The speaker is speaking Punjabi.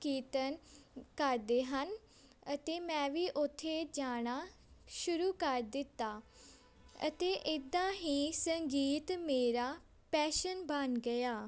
ਕੀਰਤਨ ਕਰਦੇ ਹਨ ਅਤੇ ਮੈਂ ਵੀ ਉੱਥੇ ਜਾਣਾ ਸ਼ੁਰੂ ਕਰ ਦਿੱਤਾ ਅਤੇ ਇੱਦਾਂ ਹੀ ਸੰਗੀਤ ਮੇਰਾ ਪੈਸ਼ਨ ਬਣ ਗਿਆ